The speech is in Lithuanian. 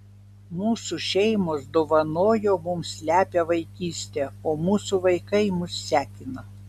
mūsų šeimos dovanojo mums lepią vaikystę o mūsų vaikai mus sekina